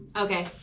Okay